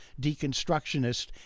deconstructionist